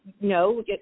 No